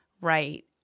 right